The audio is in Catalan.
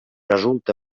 resulta